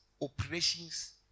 operations